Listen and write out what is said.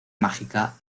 mágica